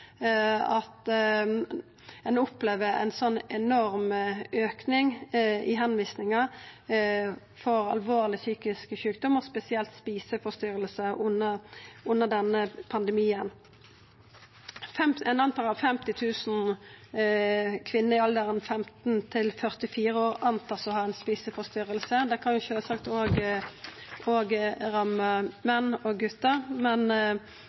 at ein opplever ein sånn enorm auke i tilvisingar for alvorlege psykiske sjukdomar, spesielt eteforstyrringar, under denne pandemien. Ein antar at 50 000 kvinner i alderen 15–44 år har ei eteforstyrring. Det kan sjølvsagt òg ramma menn og gutar, men